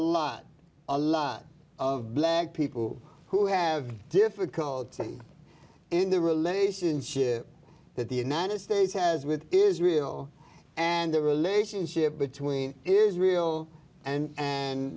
lot a lot of black people who have difficulty in the relationship that the united states has with israel and the relationship between israel and and